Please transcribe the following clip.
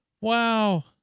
Wow